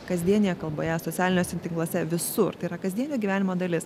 kasdienėje kalboje socialiniuose tinkluose visur tai yra kasdienio gyvenimo dalis